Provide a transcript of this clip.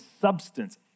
substance